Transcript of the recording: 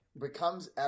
becomes